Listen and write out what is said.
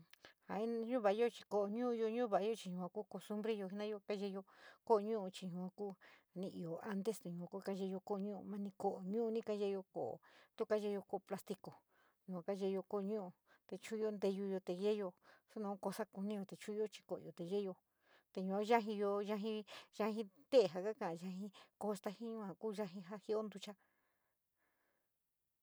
Ja in, chavayo chí kobo nu´uyo ñava´ayo ku costumbre yo jena´ayo na mí ko niñuyo, koto ka kaveyo koto plastíyo yua kayó yo koto ruó te choleyó tee yeyo na cosa kuní chutuyo chr kolo yo te yeyo ya yajiyo, yají tei, ja kaká´a yají costa jin yua ku jají ja jíio ntucha.